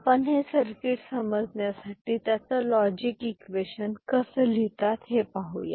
आपणहे circuit समजण्यासाठी त्याचं logic equation कसे लिहितात ते पाहूया